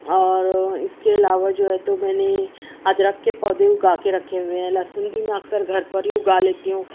اور اس کے علاوہ جو ہے تو میں نے ادرک کے پودے اگا کے رکھے ہوئے ہیں لہسن بھی میں اکثر گھر پر ہی اگا لیتی ہوں